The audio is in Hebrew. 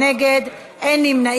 38 בעד, 25 נגד, אין נמנעים.